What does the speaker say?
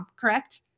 Correct